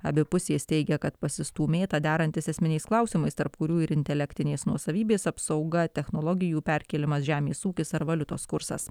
abi pusės teigia kad pasistūmėta derantis esminiais klausimais tarp kurių ir intelektinės nuosavybės apsauga technologijų perkėlimas žemės ūkis ar valiutos kursas